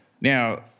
Now